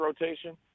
rotation